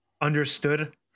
understood